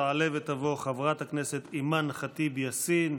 תעלה ותבוא חברת הכנסת אימאן ח'טיב יאסין,